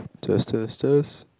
test test test